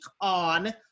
on